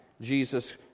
Jesus